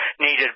needed